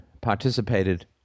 participated